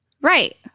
Right